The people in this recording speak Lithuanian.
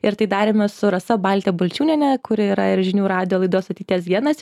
ir tai darėme su rasa balte balčiūniene kuri yra ir žinių radijo laidos ateities genas